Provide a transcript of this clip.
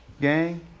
Gang